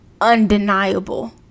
undeniable